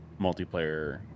multiplayer